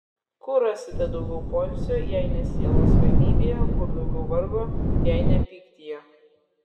kur rasite daugiau poilsio jei ne sielos ramybėje kur daugiau vargo jei ne pyktyje